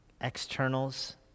externals